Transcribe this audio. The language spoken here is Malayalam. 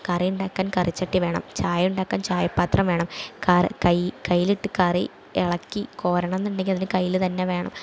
കറിയിണ്ടാക്കാൻ കറിച്ചട്ടി വേണം ചായ ഉണ്ടാക്കാൻ ചായ പാത്രം വേണം കാ ക കയിലിട്ട് കറി ഇളക്കി കോരണം എന്നുണ്ടെങ്കിൽ അതിനു കയില് തന്നെ വേണം